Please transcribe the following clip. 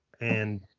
And-